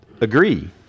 agree